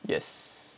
yes